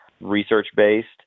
research-based